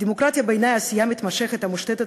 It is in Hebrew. דמוקרטיה בעיני היא עשייה מתמשכת המושתתת